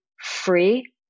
free